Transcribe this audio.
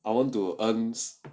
I want to earns